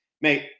Mate